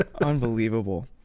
unbelievable